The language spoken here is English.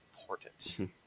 important